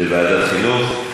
אז לוועדת החינוך.